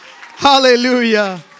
Hallelujah